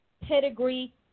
pedigree